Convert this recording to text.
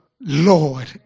Lord